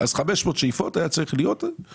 אז 500 שאיפות הסכום